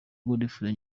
godfrey